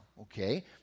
Okay